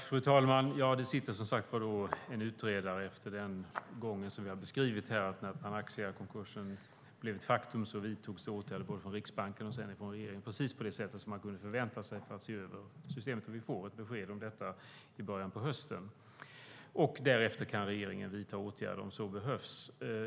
Fru talman! Det finns som sagt en utredare. När Panaxiakonkursen var ett faktum vidtogs åtgärder från både Riksbanken och regeringen för att se över systemet, precis på det sätt som man kunde förvänta sig. Vi får besked från utredaren i början av hösten. Därefter kan regeringen vidta åtgärder, om så behövs.